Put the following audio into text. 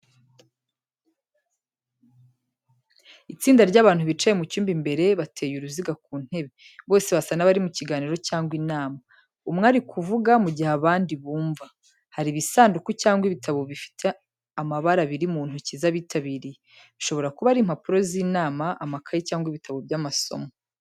Itsinda ry’abantu bicaye mu cyumba imbere, bateye uruziga ku ntebe. Bose basa n’abari mu kiganiro cyangwa inama, umwe ari kuvuga mu gihe abandi bumva. Hari ibisanduku cyangwa ibitabo bifite amabara biri mu ntoki z’abitabiriye, bishobora kuba ari impapuro z’inama, amakayi cyangwa ibitabo by’amasomo.